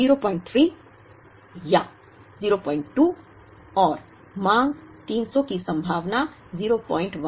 03 या 02 और मांग 300 की संभावना 01 है